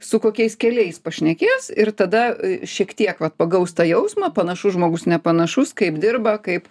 su kokiais keliais pašnekės ir tada šiek tiek vat pagaus tą jausmą panašus žmogus nepanašus kaip dirba kaip